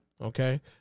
okay